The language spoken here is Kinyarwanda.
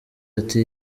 ati